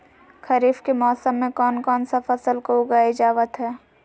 खरीफ के मौसम में कौन कौन सा फसल को उगाई जावत हैं?